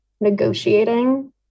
negotiating